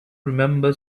remember